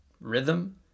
rhythm